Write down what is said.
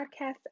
podcast